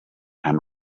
and